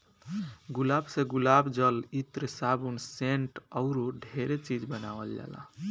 गुलाब से गुलाब जल, इत्र, साबुन, सेंट अऊरो ढेरे चीज बानावल जाला